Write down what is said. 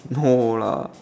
no lah